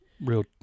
real